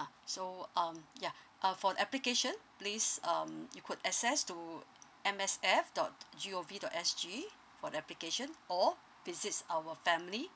uh so um ya uh for application please um you could access to M S F dot G O V dot S G for the application or visit our family